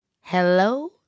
Hello